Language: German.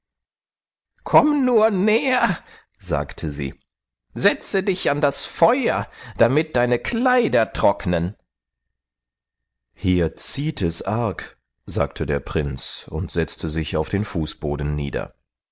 komm nur näher sagte sie setze dich an das feuer damit deine kleider trocknen hier zieht es arg sagte der prinz und setzte sich auf den fußboden nieder